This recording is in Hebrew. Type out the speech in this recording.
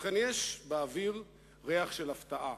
ובכן, יש באוויר ריח של הפתעה.